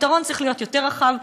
הפתרון צריך להיות יותר רחב,